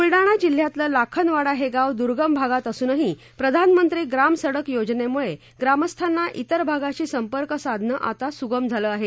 बुलडाणा जि ातलं लाखनवाडा हे गाव दुगम भागात असूनही धानमं ी ाम सडक योजनेमुळे ाम थांना इतर भागाशी संपक साधणं आता सुगम झालं आहे